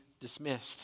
dismissed